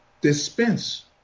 dispense